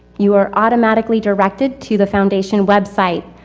you are automatically directed to the foundation website.